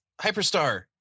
Hyperstar